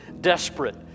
desperate